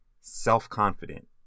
self-confident